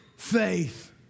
Faith